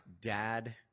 dad